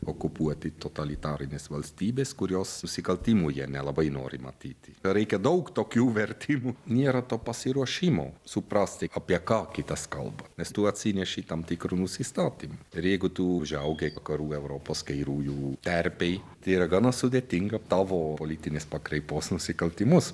okupuoti totalitarinės valstybės kurios nusikaltimų jie nelabai nori matyti ką reikia daug tokių vertybių nėra to pasiruošimo suprasti apie ką kitas kalba nes tu atsineši tam tikrą nusistatymą ir jeigu tu užaugai vakarų europos kairiųjų terpėj tai yra gana sudėtinga tavo politinės pakraipos nusikaltimus